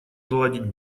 наладить